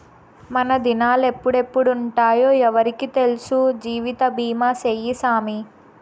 మనదినాలెప్పుడెప్పుంటామో ఎవ్వురికి తెల్సు, జీవితబీమా సేయ్యి సామీ